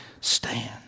stand